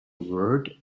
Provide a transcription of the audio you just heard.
word